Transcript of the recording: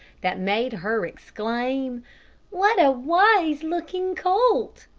that made her exclaim what a wise-looking colt!